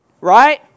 right